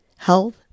health